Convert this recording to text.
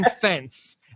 fence